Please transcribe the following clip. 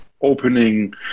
opening